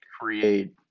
create